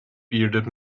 bearded